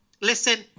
listen